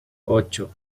ocho